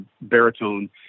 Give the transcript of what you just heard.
baritone